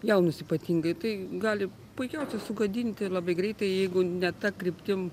jaunus ypatingai tai gali puikiausia sugadinti labai greitai jeigu ne ta kryptim